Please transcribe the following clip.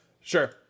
Sure